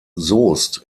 soest